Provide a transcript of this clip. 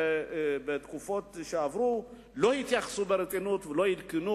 בתקופות שעברו לא התייחסו ברצינות ולא עדכנו